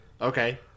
Okay